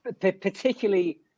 particularly